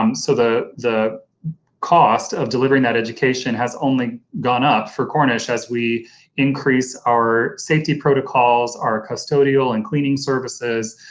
um so, the the cost of delivering that education has only gone up for cornish as we increase our safety protocols, our custodial and cleaning services,